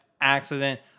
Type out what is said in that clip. accident